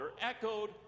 echoed